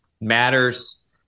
matters